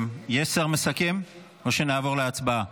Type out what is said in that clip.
יש שר מסכם, או שנעבור להצבעה?